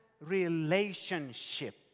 relationship